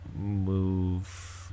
move